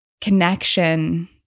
connection